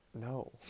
No